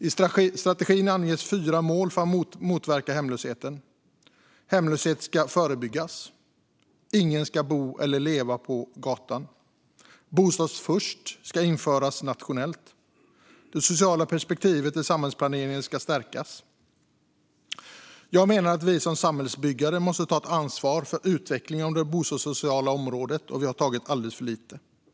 I strategin anges fyra mål för att motverka hemlösheten: Hemlöshet ska förebyggas, ingen ska bo eller leva på gatan, Bostad först ska införas nationellt och det sociala perspektivet i samhällsplaneringen ska stärkas. Jag menar att vi som samhällsbyggare måste ta ansvar för utvecklingen av det bostadssociala området och att vi har tagit alldeles för lite ansvar för detta.